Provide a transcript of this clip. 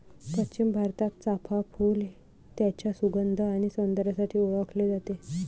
पश्चिम भारतात, चाफ़ा फूल त्याच्या सुगंध आणि सौंदर्यासाठी ओळखले जाते